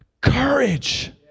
courage